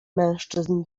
mężczyzn